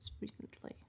recently